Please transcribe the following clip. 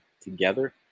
together